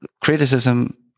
criticism